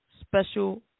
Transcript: special